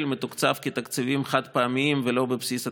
מתוקצב בתקציבים חד-פעמיים ולא בבסיס התקציב.